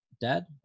dad